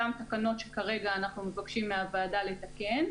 אותן תקנות שכרגע אנחנו מבקשים מהוועדה לתקן,